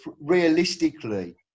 realistically